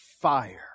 fire